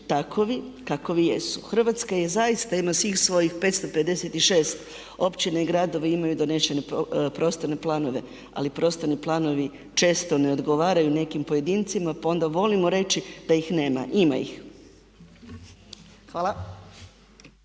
takvi kakvi jesu. Hrvatska zaista ima svih svojih 556 općina i gradova i oni imaju donesene prostorne planove. Ali prostorni planovi često ne odgovaraju nekim pojedincima pa onda volimo reći da ih nema. Ima ih.